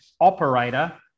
operator